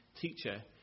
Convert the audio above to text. teacher